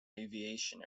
aviation